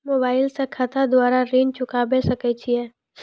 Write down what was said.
Mobile से खाता द्वारा ऋण चुकाबै सकय छियै?